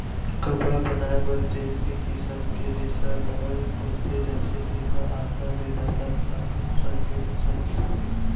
कपड़ा बनाए बर जेन भी किसम के रेसा ल बउरे जाथे तेमा आधा ले जादा भाग कपसा के रेसा के होथे